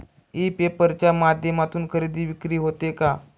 E paper च्या माध्यमातून खरेदी विक्री होते का?